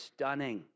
stunning